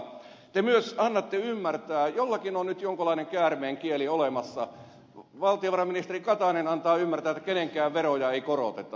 te annatte myös ymmärtää jollakin on nyt jonkunlainen käärmeenkieli olemassa valtiovarainministeri katainen antaa ymmärtää että kenenkään veroja ei koroteta